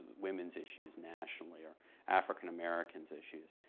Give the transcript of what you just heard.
women's issues nationally, or african americans issues.